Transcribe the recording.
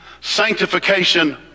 sanctification